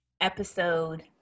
episode